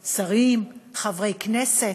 שרים, חברי כנסת,